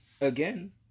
Again